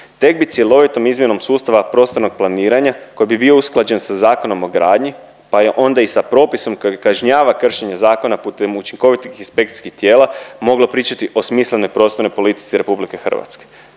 Tek bi cjelovitom izmjenom sustava prostornog planiranja koji bi bio usklađen sa Zakonom o gradnji pa je onda i s propisom koji kažnjava kršenje zakona putem učinkovitih inspekcijskih tijela mogla pričati o smislenoj prostornoj politici RH. Dok ovako